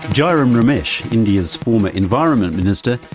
jairem ramesh, india's former environment minister,